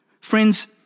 Friends